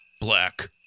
black